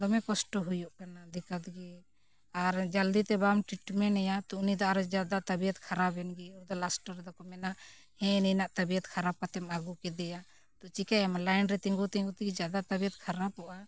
ᱫᱚᱢᱮ ᱠᱚᱥᱴᱚ ᱦᱩᱭᱩᱜ ᱠᱟᱱᱟ ᱫᱤᱠᱠᱟᱛ ᱜᱮ ᱟᱨ ᱡᱟᱞᱫᱤᱛᱮ ᱵᱟᱢ ᱮᱭᱟ ᱛᱳ ᱩᱱᱤᱫᱚ ᱟᱨ ᱡᱟᱫᱟ ᱛᱟᱵᱤᱭᱚᱛ ᱠᱷᱟᱨᱟᱯ ᱮᱱ ᱜᱮ ᱨᱮᱫᱚ ᱠᱚ ᱢᱮᱱᱟ ᱦᱮᱸ ᱱᱤᱱᱟᱹᱜ ᱛᱟᱵᱤᱭᱚᱛ ᱠᱷᱟᱨᱟᱯ ᱠᱟᱛᱮᱢ ᱟᱹᱜᱩ ᱠᱮᱫᱮᱭᱟ ᱛᱳ ᱪᱮᱠᱟᱭᱟᱢ ᱨᱮ ᱛᱤᱸᱜᱩᱼᱛᱤᱸᱜᱩ ᱛᱮᱜᱮ ᱡᱟᱫᱟ ᱛᱟᱵᱤᱭᱚᱛ ᱠᱷᱟᱨᱟᱯᱚᱜᱼᱟ